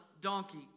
donkey